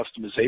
customization